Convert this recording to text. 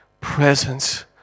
presence